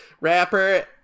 rapper